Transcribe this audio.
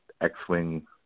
X-Wing